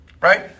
right